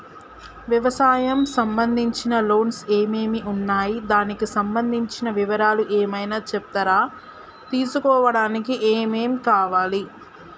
వ్యవసాయం సంబంధించిన లోన్స్ ఏమేమి ఉన్నాయి దానికి సంబంధించిన వివరాలు ఏమైనా చెప్తారా తీసుకోవడానికి ఏమేం కావాలి?